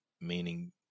meaning